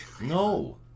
No